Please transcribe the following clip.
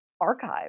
archive